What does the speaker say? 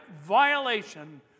violation